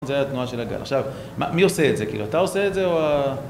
זה התנועה של הגל. עכשיו, מי עושה את זה? כאילו, אתה עושה את זה או ה...